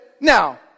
now